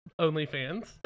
OnlyFans